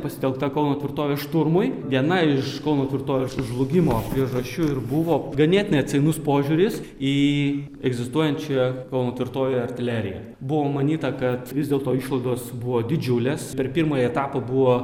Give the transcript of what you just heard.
pasitelkta kauno tvirtovės šturmui viena iš kauno tvirtovės žlugimo priežasčių ir buvo ganėtinai atsainus požiūris į egzistuojančiąją kauno tvirtovėj artileriją buvo manyta kad vis dėlto išlaidos buvo didžiulės per pirmąjį etapą buvo